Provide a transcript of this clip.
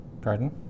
Pardon